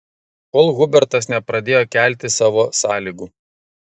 kol hubertas nepradėjo kelti savo sąlygų